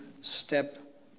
step